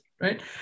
right